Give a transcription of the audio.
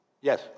Yes